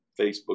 Facebook